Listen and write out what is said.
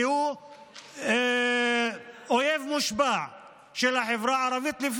כי הוא אויב מושבע של החברה הערבית,